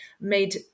made